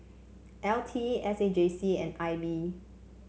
L T S A J C and I B